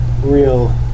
real